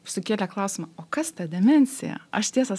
sukėlė klausimą o kas ta demensija aš tiesą